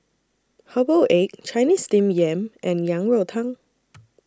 Herbal Egg Chinese Steamed Yam and Yang Rou Tang